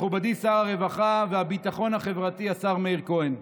מכובדי שר הרווחה והביטחון החברתי השר מאיר כהן,